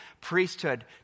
priesthood